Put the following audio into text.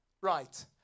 Right